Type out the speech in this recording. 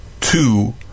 two